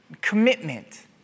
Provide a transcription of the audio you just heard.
Commitment